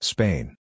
Spain